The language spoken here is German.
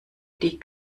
die